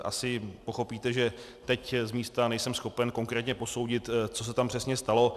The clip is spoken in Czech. Asi pochopíte, že teď z místa nejsem schopen konkrétně posoudit, co se tam přesně stalo.